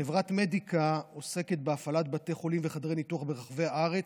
חברת מדיקה עוסקת בהפעלת בתי חולים וחדרי ניתוח ברחבי הארץ,